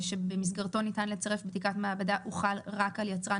שבמסגרתו ניתן לצרף בדיקת מעבדה הוחל רק על יצרן